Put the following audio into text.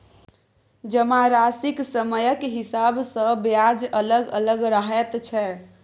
जमाराशिक समयक हिसाब सँ ब्याज अलग अलग रहैत छै